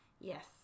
yes